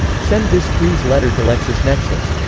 send this freeze letter to lexisnexis